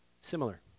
similar